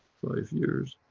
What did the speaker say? five years,